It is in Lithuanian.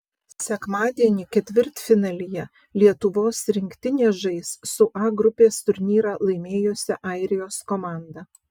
sekmadienį ketvirtfinalyje lietuvos rinktinė žais su a grupės turnyrą laimėjusia airijos komanda